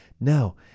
No